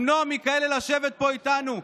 למנוע מכאלה לשבת פה איתנו,